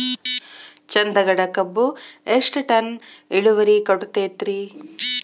ಚಂದಗಡ ಕಬ್ಬು ಎಷ್ಟ ಟನ್ ಇಳುವರಿ ಕೊಡತೇತ್ರಿ?